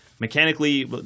mechanically –